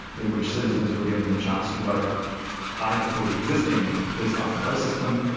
in which citizens were given the chance to vote either for the existing first-past-the-post system,